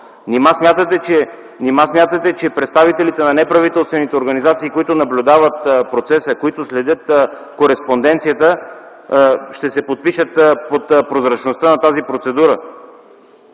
Нима смятате, че представителите на неправителствените организации, които наблюдават процеса, които следят кореспонденцията, ще се подпишат под прозрачността на тази процедура?